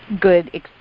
good